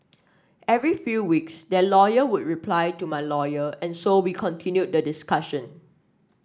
every few weeks their lawyer would reply to my lawyer and so we continued the discussion